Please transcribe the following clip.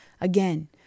Again